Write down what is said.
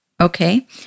okay